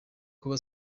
kuba